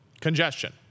congestion